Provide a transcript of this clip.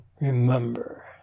Remember